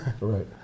Right